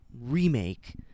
remake